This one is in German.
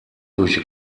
durch